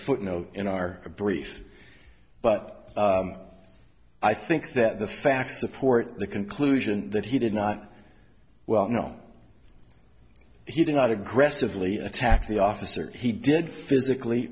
footnote in our brief but i think that the facts support the conclusion that he did not well know he did not aggressively attack the officer he did physically